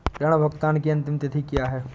ऋण भुगतान की अंतिम तिथि क्या है?